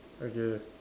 okay